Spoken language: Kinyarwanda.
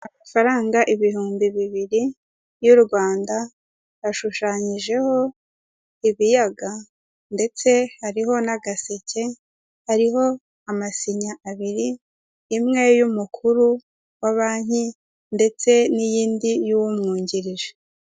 Amafaranga ibihumbi bibiri y'u Rwanda ashushanyijeho ibiyaga, ndetse hariho n'agaseke hariho amasinya abiri imwe y'umukuru wa banki, ndetse n'iyindi y'umwungirije.